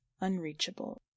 unreachable